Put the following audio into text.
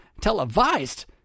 televised